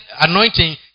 anointing